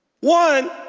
One